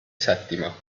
settima